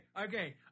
okay